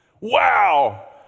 Wow